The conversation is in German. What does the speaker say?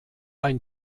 ein